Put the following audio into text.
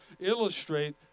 illustrate